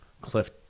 cliff